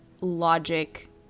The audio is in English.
logic